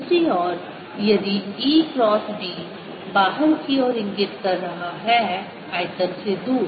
दूसरी ओर यदि E क्रॉस B बाहर की ओर इंगित कर रहा है आयतन से दूर